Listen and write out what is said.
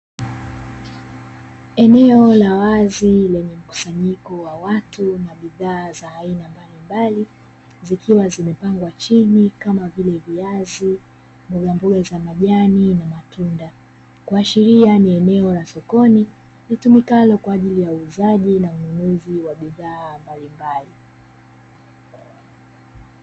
Eneo la wazi lenye mkusanyiko wa watu na bidhaa za aina mbalimbali, zikiwa zimepangwa chini kama vile viazi, mbogamboga za majani na matunda. kuashiria ni eneo la sokoni litumikalo kwa ajili ya uuzaji na ununuzi wa bidhaa mbalimbali.